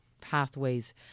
pathways